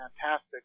fantastic